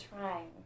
trying